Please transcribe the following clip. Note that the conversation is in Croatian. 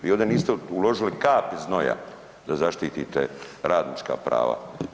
Vi ovdje niste uložili kapi znoja da zaštitite radnička prava.